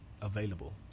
available